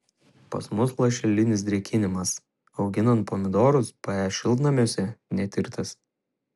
pas mus lašelinis drėkinimas auginant pomidorus pe šiltnamiuose netirtas